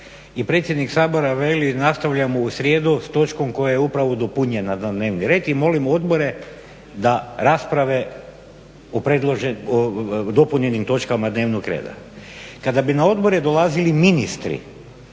i predsjednik Sabora veli nastavljamo u srijedu s točkom koja je upravo dopunjena na dnevni red i molim odbore da rasprave o dopunjenim točkama dnevnog reda. Kada bi na odbore dolazili ministri